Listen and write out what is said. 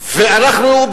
ואנחנו,